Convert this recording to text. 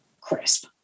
crisp